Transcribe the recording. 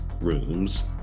rooms